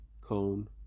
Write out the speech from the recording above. cone